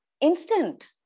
instant